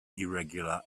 irregular